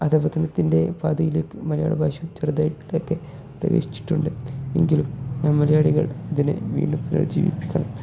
അധഃപതനത്തിൻ്റെ പാതിയിലേക്ക് മലയാള ഭാഷ ചെറുതായിട്ടൊക്കെ പ്രവേശിച്ചിട്ടുണ്ട് എങ്കിലും നമ്മൾ മലയാളികൾ ഇതിനെ വീണ്ടും പ്രജീവിപ്പിക്കണം